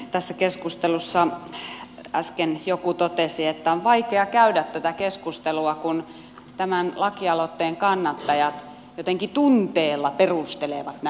tässä keskustelussa äsken joku totesi että on vaikea käydä tätä keskustelua kun tämän lakialoitteen kannattajat jotenkin tunteella perustelevat näitä asioita